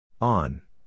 On